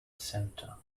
centre